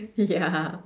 ya